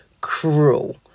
cruel